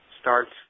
starts